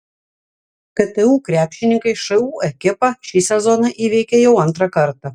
ktu krepšininkai šu ekipą šį sezoną įveikė jau antrą kartą